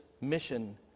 Mission